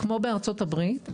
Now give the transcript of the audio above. כמו בארה"ב,